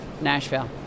Nashville